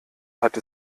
hat